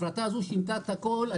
הפרטה הזו שינתה את הכול,